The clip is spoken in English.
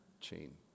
chain